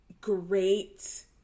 great